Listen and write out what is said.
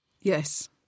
Yes